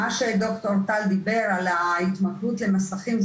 מה שד"ר טל דיבר על ההתמכרות למסכים,